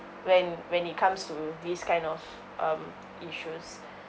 when when it comes to this kind of um issues